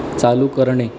चालू करणे